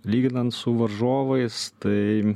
lyginant su varžovais tai